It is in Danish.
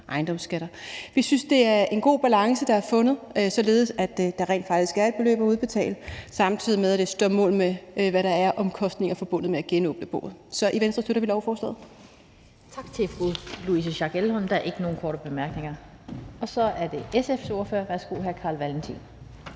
ejendomsskatter. Vi synes, det er en god balance, der er fundet, således at der rent faktisk er et beløb at udbetale, samtidig med at det står mål med, hvad der er af omkostninger forbundet med at genåbne boet. Så i Venstre støtter vi lovforslaget. Kl. 18:57 Den fg. formand (Annette Lind): Tak til fru Louise Schack Elholm. Der er ikke nogen korte bemærkninger. Og så er det SF's ordfører. Værsgo til hr. Carl Valentin.